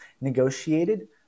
Negotiated